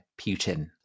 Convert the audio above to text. Putin